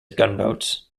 gunboats